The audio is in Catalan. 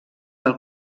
del